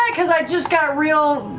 because i just got real,